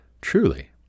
truly